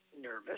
nervous